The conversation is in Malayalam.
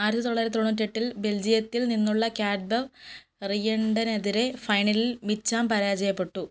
ആയിരത്തി തൊള്ളായിരത്തി തൊണ്ണൂറ്റെട്ടിൽ ബെൽജിയത്തിൽ നിന്നുള്ള കാറ്റ്ബവ് റിയൻണ്ടനെതിരെ ഫൈനലിൽ മിച്ചാം പരാജയപ്പെട്ടു